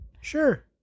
Sure